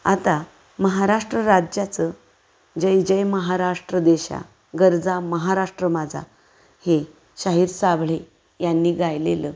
आता महाराष्ट्र राज्याचं जय जय महाराष्ट्र देशा गर्जा महाराष्ट्र माझा हे शाहीर साबळे यांनी गायलेलं